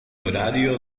horario